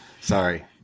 Sorry